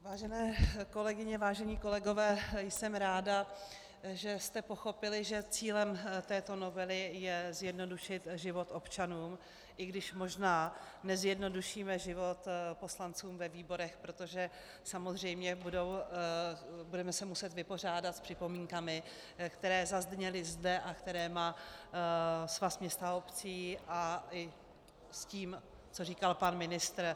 Vážené kolegyně, vážení kolegové, jsem ráda, že jste pochopili, že cílem této novely je zjednodušit život občanům, i když možná nezjednodušíme život poslancům ve výborech, protože se samozřejmě budeme muset vypořádat s připomínkami, které zazněly zde a které má Svaz měst a obcí, a i s tím, co říkal pan ministr.